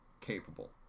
capable